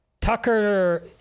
Tucker